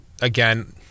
Again